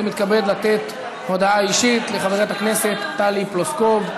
אני מתכבד לתת הודעה אישית לחברת הכנסת טלי פלוסקוב.